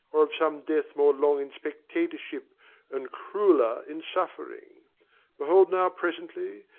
or of some death more long in spectatorship and crueller in suffering behold now presently,